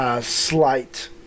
slight